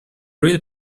real